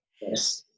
Yes